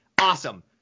Awesome